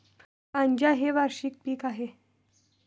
गांजा हे वार्षिक पीक आहे